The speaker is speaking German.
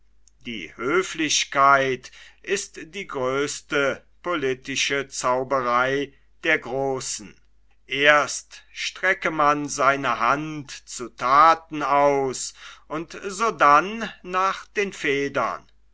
die höflichkeit ist die größte politische zauberei der großen erst strecke man seine hand zu thaten aus und sodann nach den federn